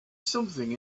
something